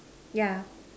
yeah